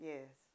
Yes